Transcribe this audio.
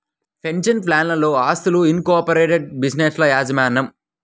pension ప్లాన్లలోని ఆస్తులు, incorporated బిజినెస్ల యాజమాన్యం